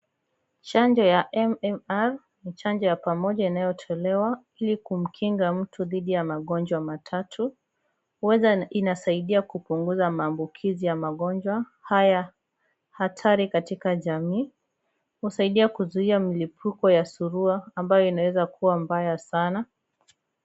Chanjo ya MMR ni chanjo ya pamoja inayotolewa ili kumkinga mtu dhidi ya magonjwa matatu. Huenda inasaidia kupunguza maambukizi ya magonjwa haya hatari katika jamii. Husaidia kuzuia mlipuko ya surua ambayo inaweza kuwa mbaya sana.